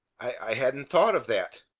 i hadn't thought of that!